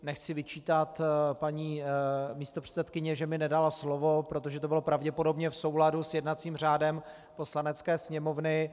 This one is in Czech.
Nechci vyčítat paní místopředsedkyni, že mi nedala slovo, protože to bylo pravděpodobně v souladu s jednacím řádem Poslanecké sněmovny.